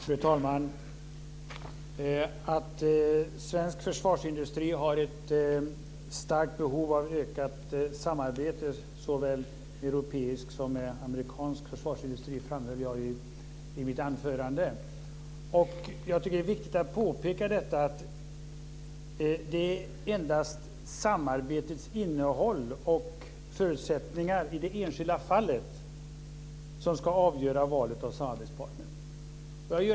Fru talman! Att svensk försvarsindustri har ett starkt behov av ökat samarbete såväl med europeisk som med amerikansk försvarsindustri framhöll jag i mitt anförande. Jag tycker att det är viktigt att påpeka att det endast är samarbetets innehåll och förutsättningarna i det enskilda fallet som ska avgöra valet av samarbetspartner.